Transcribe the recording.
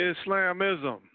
Islamism